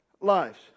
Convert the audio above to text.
lives